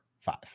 five